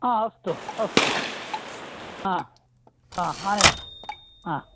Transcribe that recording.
हा अस्तु अस्तु हा हा आनयामि हा